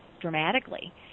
dramatically